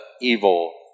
evil